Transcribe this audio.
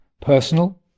personal